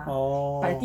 oh